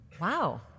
Wow